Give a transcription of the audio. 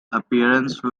appearance